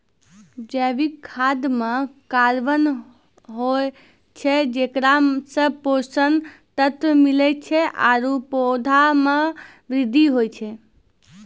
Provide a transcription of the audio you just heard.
जैविक खाद म कार्बन होय छै जेकरा सें पोषक तत्व मिलै छै आरु पौधा म वृद्धि होय छै